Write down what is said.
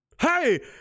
Hey